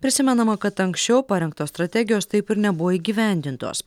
prisimenama kad anksčiau parengtos strategijos taip ir nebuvo įgyvendintos